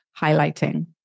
highlighting